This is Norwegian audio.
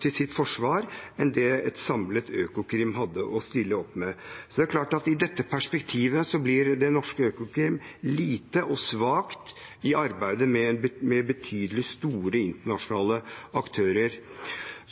til sitt forsvar enn det et samlet Økokrim hadde å stille opp med. Det er klart at i det perspektivet blir det norske Økokrim lite og svakt i arbeidet med betydelige, store, internasjonale aktører.